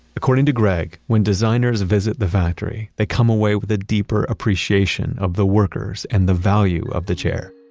according to gregg, when designers visit the factory, they come away with a deeper appreciation of the workers and the value of the chair,